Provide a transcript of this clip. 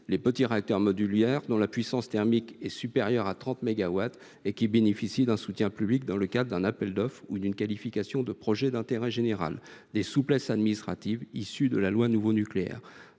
les petits réacteurs modulaires dont la puissance thermique est supérieure à 30 mégawatts bénéficient d’un soutien public dans le cadre d’un appel d’offres ou d’une qualification de projet d’intérêt général, et donc des souplesses administratives issues de la loi Nouveau Nucléaire.